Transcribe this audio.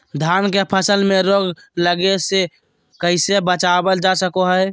धान के फसल में रोग लगे से कैसे बचाबल जा सको हय?